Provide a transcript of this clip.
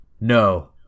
no